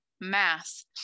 math